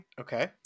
Okay